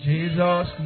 Jesus